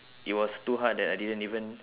it was too hard that I didn't even